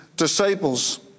disciples